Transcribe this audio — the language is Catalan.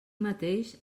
mateix